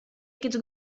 aquests